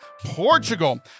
Portugal